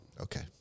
Okay